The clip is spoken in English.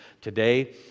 today